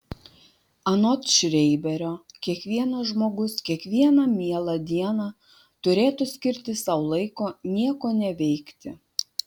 anot šreiberio kiekvienas žmogus kiekvieną mielą dieną turėtų skirti sau laiko nieko neveikti